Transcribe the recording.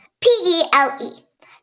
P-E-L-E